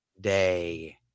day